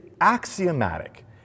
axiomatic